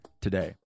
today